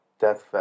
Death